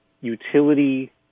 utility